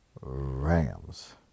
Rams